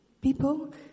people